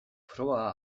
froga